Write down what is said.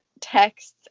texts